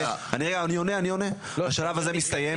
רגע אני עונה אני עונה השלב הזה מסתיים.